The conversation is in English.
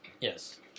Yes